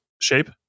shape